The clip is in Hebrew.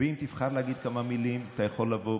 ואם תבחר להגיד כמה מילים אתה יכול לבוא,